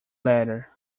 latter